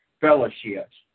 fellowships